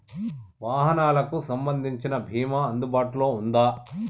వాహనాలకు సంబంధించిన బీమా అందుబాటులో ఉందా?